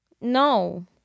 no